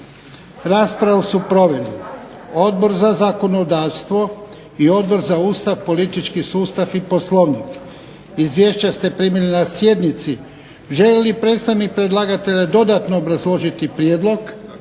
Raspravu su proveli Odbor za zakonodavstvo i Odbor za Ustav, politički sustav i Poslovnik. Izvješća ste primili na sjednici. Želi li predstavnik predlagatelja dodatno obrazložiti prijedlog?